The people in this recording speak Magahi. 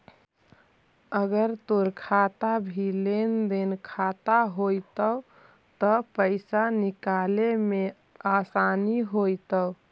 अगर तोर खाता भी लेन देन खाता होयतो त पाइसा निकाले में आसानी होयतो